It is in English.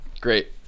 Great